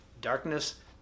darkness